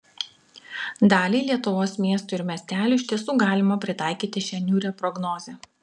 daliai lietuvos miestų ir miestelių iš tiesų galima pritaikyti šią niūrią prognozę